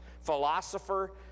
philosopher